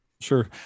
Sure